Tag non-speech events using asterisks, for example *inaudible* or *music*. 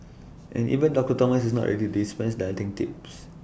and even *noise* doctor Thomas is not ready to dispense dieting tips